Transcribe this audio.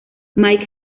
mike